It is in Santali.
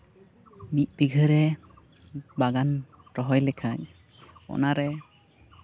ᱢᱤᱫ ᱵᱤᱜᱷᱟᱹᱨᱮ ᱵᱟᱜᱟᱱ ᱨᱚᱦᱚᱭ ᱞᱮᱠᱷᱟᱡ ᱚᱱᱟᱨᱮ